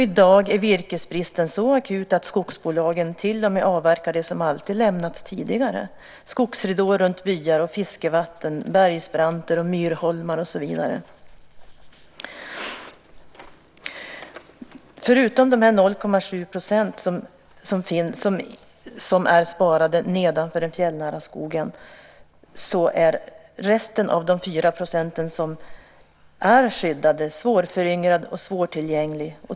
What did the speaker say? I dag är virkesbristen så akut att skogsbolagen till och med avverkar det som alltid lämnats tidigare: skogsridåer runt byar och fiskevatten, bergsbranter, myrholmar och så vidare. Förutom de 0,7 % som är sparade nedanför den fjällnära skogen är resten av de 4 % som är skyddat svårföryngrat och svårtillgängligt.